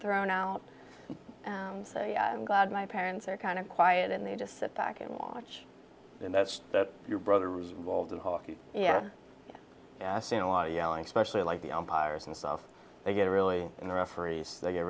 thrown out and say i'm glad my parents are kind of quiet and they just sit back and watch and that's that your brother was involved in hockey yeah yeah seen a lot of yelling specially like the umpires and stuff they get really in the referees they get